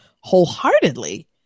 wholeheartedly